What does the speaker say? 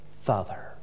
Father